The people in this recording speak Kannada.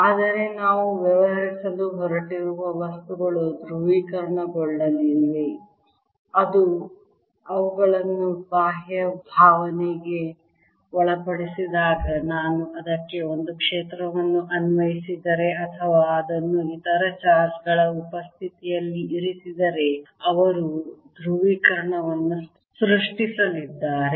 ಆದರೆ ನಾವು ವ್ಯವಹರಿಸಲು ಹೊರಟಿರುವ ವಸ್ತುಗಳು ಧ್ರುವೀಕರಣಗೊಳ್ಳಲಿವೆ ಅದು ಅವುಗಳನ್ನು ಬಾಹ್ಯ ಭಾವನೆಗೆ ಒಳಪಡಿಸಿದಾಗ ನಾನು ಅದಕ್ಕೆ ಒಂದು ಕ್ಷೇತ್ರವನ್ನು ಅನ್ವಯಿಸಿದರೆ ಅಥವಾ ಅದನ್ನು ಇತರ ಚಾರ್ಜ್ ಗಳ ಉಪಸ್ಥಿತಿಯಲ್ಲಿ ಇರಿಸಿದರೆ ಅವರು ಧ್ರುವೀಕರಣವನ್ನು ಸೃಷ್ಟಿಸಲಿದ್ದಾರೆ